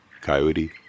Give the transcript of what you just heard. coyote